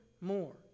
more